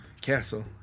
castle